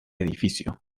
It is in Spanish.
edificio